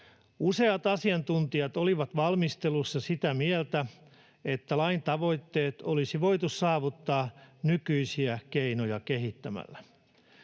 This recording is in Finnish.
Useat asiantuntijat olivat valmistelussa sitä mieltä, että lain tavoitteet olisi voitu saavuttaa nykyisiä keinoja kehittämällä.